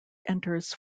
enters